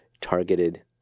targeted